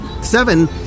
seven